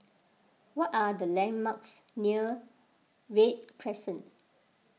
what are the landmarks near Read Crescent